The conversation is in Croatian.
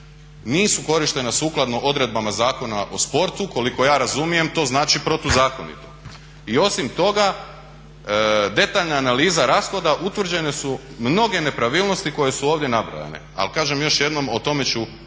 Nisu korištena sukladno odredbama Zakona o sportu, koliko ja razumijem to znači protuzakonito. I osim toga detaljna analiza rashoda utvrđene su mnoge nepravilnosti koje su ovdje nabrojane. Ali kažem još jednom o tome ću u